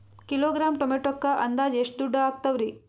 Kilogram ಟೊಮೆಟೊಕ್ಕ ಅಂದಾಜ್ ಎಷ್ಟ ದುಡ್ಡ ಅಗತವರಿ?